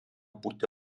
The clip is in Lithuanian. būti